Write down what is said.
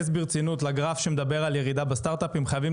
חייבים להתייחס ברצינות לכל מי שנמצא פה בשולחן הזה,